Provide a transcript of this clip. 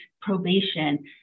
probation